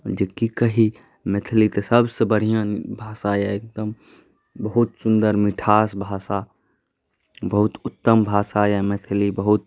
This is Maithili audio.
जे कि कही मैथिली तऽ सबसँ बढ़िआँ भाषा अइ एकदम बहुत सुन्दर मिठास भाषा बहुत उत्तम भाषा अइ मैथिली बहुत